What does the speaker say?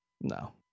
no